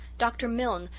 dr. milne,